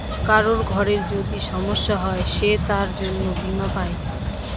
কারোর ঘরে যদি সমস্যা হয় সে তার জন্য বীমা পাই